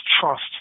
trust